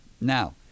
Now